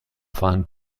waren